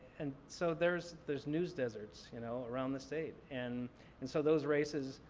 and so there's there's news deserts you know around the state. and and so those races,